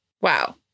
Wow